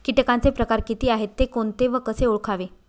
किटकांचे प्रकार किती आहेत, ते कोणते व कसे ओळखावे?